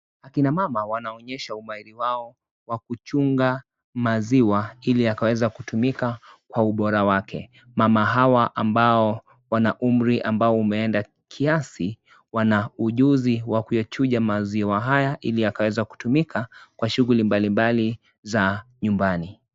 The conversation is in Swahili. Akina mama wanaonyesha umahiri wao wa kuchunga maziwa iliwakaweza kutumika kwa ubora wake. Mama hawa ambao wanaumri ambao umeenda kiasi wanaujuzi wa kuyachunja maziwa haya ili yakaweza kutumika kwa shughuli mbalimbali za nyumbani.